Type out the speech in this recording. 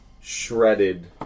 shredded